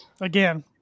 Again